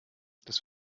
das